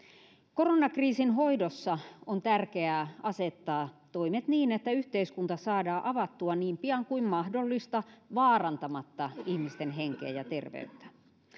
koronakriisin hoidossa on tärkeää asettaa toimet niin että yhteiskunta saadaan avattua niin pian kuin mahdollista vaarantamatta ihmisten henkeä ja terveyttä